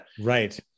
Right